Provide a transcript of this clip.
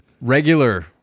Regular